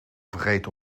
vergeten